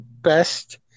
best